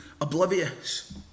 oblivious